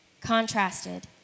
Contrasted